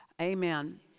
Amen